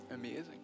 amazing